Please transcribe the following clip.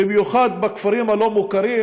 במיוחד בכפרים הלא-מוכרים,